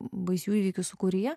baisių įvykių sūkuryje